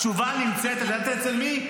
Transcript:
אני אספר לך, התשובה נמצאת, את יודעת אצל מי?